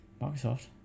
Microsoft